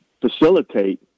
facilitate